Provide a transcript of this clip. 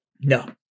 No